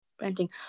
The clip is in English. Renting